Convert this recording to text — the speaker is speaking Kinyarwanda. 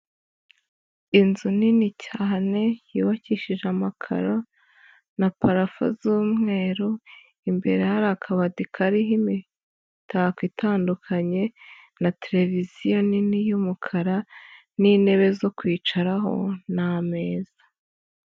Inzu nini cyane yubakishije amakaro na parafo z'umweru, imbere hari akabati kariho imitako itandukanye na televiziyo nini y'umukara n'intebe zo kwicaraho n'ameza.